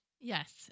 Yes